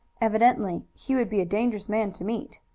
evidently he would be a dangerous man to meet.